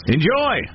Enjoy